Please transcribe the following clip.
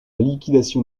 liquidation